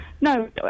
No